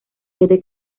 sede